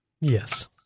Yes